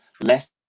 less